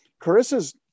Carissa's